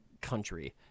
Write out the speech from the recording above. country